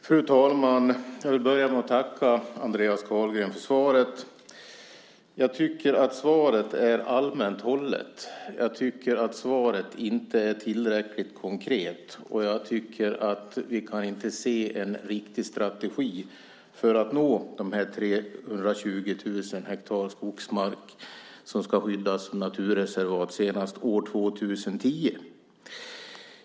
Fru talman! Jag vill börja med att tacka Andreas Carlgren för svaret. Jag tycker att svaret är allmänt hållet. Jag tycker att svaret inte är tillräckligt konkret, och jag tycker att vi inte kan se en riktig strategi för att nå de 320 000 hektar skogsmark som ska skyddas som naturreservat senast år 2010.